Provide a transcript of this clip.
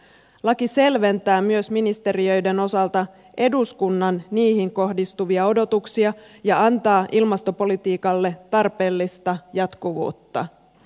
laki selventää myös ministeriöiden osalta eduskunnan niihin kohdistuvia odotuksia ja antaa ilmastopolitiikalle tarpeellista jatkuvuutta